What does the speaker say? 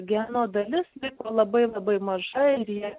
geno dalis liko labai labai mažai ir jie